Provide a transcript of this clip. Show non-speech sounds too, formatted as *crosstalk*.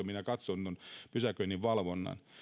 *unintelligible* minä katson pysäköinninvalvonnan